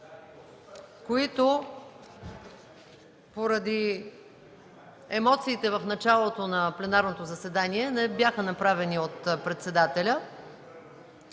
които, поради емоциите в началото на пленарното заседание, не бяха направени от председателя.